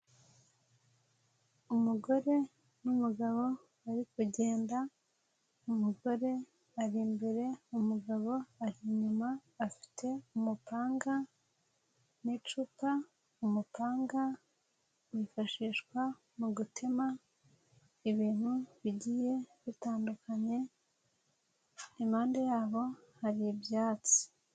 Umugore n'umugabo bari kugenda, umugore ari imbere, umugabo ari inyuma afite umupanga n'icupa, umupanga wifashishwa mu gutema ibintu bigiye bitandukanye, impande yabo hari ibyatsi.